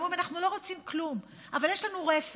הם אומרים: אנחנו לא רוצים כלום, אבל יש לנו רפת,